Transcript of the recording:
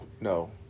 no